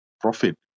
profit